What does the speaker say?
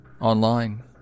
online